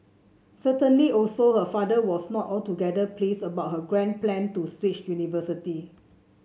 certainly also her father was not altogether pleased about her grand plan to switch universities